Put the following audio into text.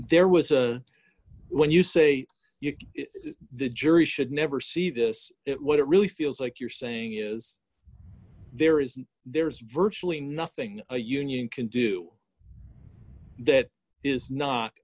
there was a when you say the jury should never see this it what it really feels like you're saying is there is there is virtually nothing a union can do that is not